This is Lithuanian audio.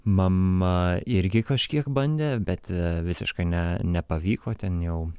mama irgi kažkiek bandė bet visiškai ne nepavyko ten jau